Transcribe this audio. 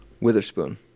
Witherspoon